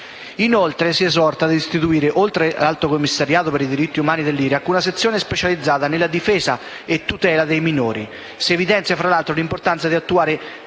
Inoltre si esorta ad istituire, oltre l'Alto commissariato per i diritti umani dell'Iraq, una sezione specializzata nella difesa e tutela dei minori. Si evidenzia, fra l'altro, l'importanza di attuare,